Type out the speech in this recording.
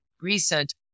recent